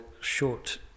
short